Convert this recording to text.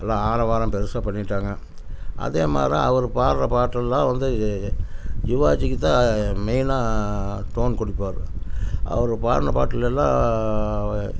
எல்லாம் ஆரவாரம் பெருசாக பண்ணிட்டாங்க அதே மாதிரி அவர் பாடுற பாட்டெல்லாம் வந்து சிவாஜிக்கு தான் மெயின்னாக டோன் கொடுப்பாரு அவர் பாடுன பாட்டுலெல்லாம்